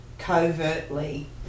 Covertly